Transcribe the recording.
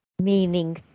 meaning